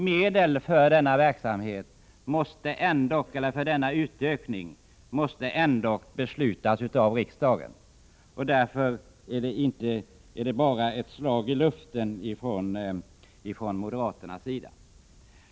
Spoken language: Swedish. Medel för denna utökning måste ändock anslås av riksdagen, varför det bara är fråga om ett slag i luften från moderaternas sida.